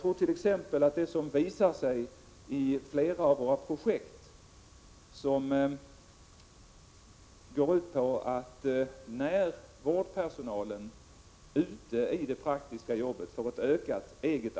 Socialdepartementet medverkar på olika sätt till att öka personalrekryteringen inom barnomsorgen.